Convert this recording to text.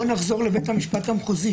בוא נחזור לבית המשפט המחוזי,